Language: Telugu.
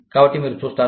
కాబట్టి మీరు చూస్తారు